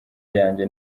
yanjye